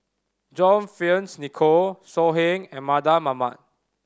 John Fearns Nicoll So Heng and Mardan Mamat